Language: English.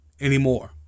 anymore